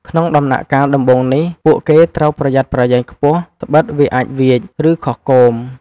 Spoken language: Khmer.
ក្នុងដំណាក់កាលដំបូងនេះ ពួកគេត្រូវប្រយ័ត្នប្រយែងខ្ពស់ដ្បិតវាអាចវៀច ឬខុសគោម។